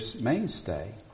mainstay